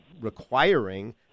requiring